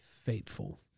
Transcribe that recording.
faithful